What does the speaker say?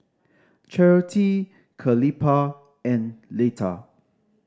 Charity and Letta